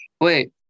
Wait